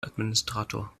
administrator